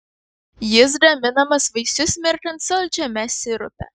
jis gaminamas vaisius mirkant saldžiame sirupe